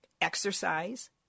exercise